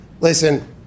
Listen